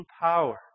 power